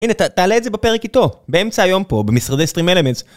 הנה, תעלה את זה בפרק איתו, באמצע היום פה, במשרדי סטרים אלמנטס.